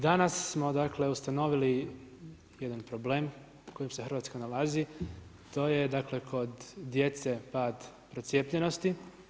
danas smo dakle ustanovili jedan problem u kojem se Hrvatska nalazi, a to je dakle kod djece pad procijepljenosti.